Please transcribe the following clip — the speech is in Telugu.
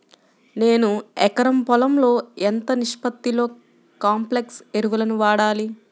నేను ఎకరం పొలంలో ఎంత నిష్పత్తిలో కాంప్లెక్స్ ఎరువులను వాడాలి?